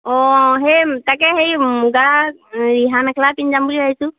অঁ সেই তাকে সেই মুগা ৰিহা মেখেলা পিন্ধি যাম বুলি ভাবিছোঁ